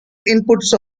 inputs